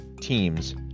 teams